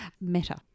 Meta